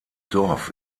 dorf